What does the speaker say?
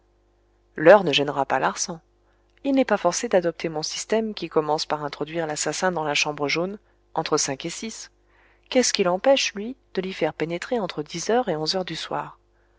l'heure ne gênera pas larsan il n'est pas forcé d'adopter mon système qui commence par introduire l'assassin dans la chambre jaune entre cinq et six qu'est-ce qui l'empêche lui de l'y faire pénétrer entre dix heures et onze heures du soir